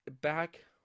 Back